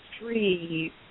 three